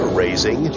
raising